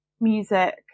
music